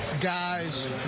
guys